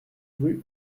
rue